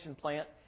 plant